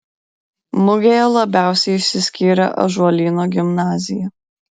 mugėje labiausiai išsiskyrė ąžuolyno gimnazija